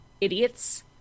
idiots